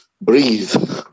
Breathe